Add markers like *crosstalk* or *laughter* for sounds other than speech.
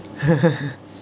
*laughs*